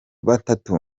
batatu